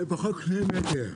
לפחות שני מטר.